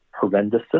horrendous